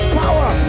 power